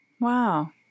wow